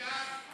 אני בעד.